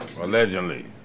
Allegedly